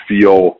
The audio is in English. feel